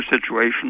situation